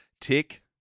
Tick